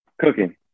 cooking